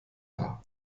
dar